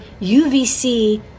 uvc